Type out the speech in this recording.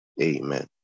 Amen